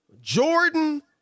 Jordan